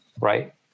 right